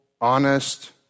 honest